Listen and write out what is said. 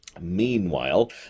Meanwhile